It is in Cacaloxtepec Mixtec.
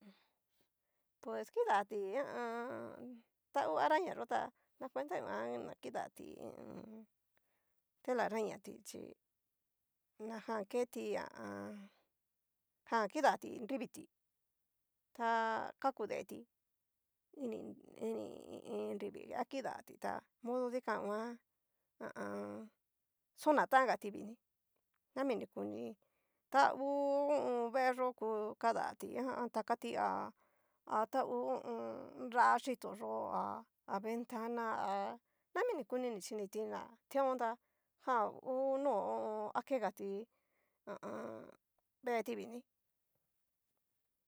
pues kidati ha a an. ta hu araña yó tá, nakuenta nguan na kidatí, kidatí ha a an. telaraña tí, chi najan keti ha a an. jan kidati nrivití ta kaku deetí ini ini iin nrivi, akidati tá modo dikan nguan ha a an. xanatán ja tí vini, nami ni kuni ta ngu ta hu ho o on. vee yó ku kadatí takati ha tahu ho o on. nra yitón yo'o ha ventana ha naminikuni ni chiniti na teon tá jan ngu no hó, akegati veeti vini.